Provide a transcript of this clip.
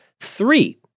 Three